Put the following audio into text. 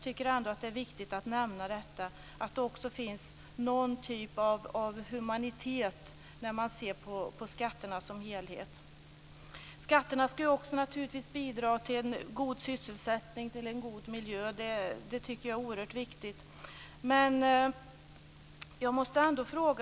Bilen är ett viktigt arbetsredskap för många arbetstagare. Det kan handla om säljare som använder bilen i sin tjänst, men det kan också handla om småföretagare - gruppen är stor.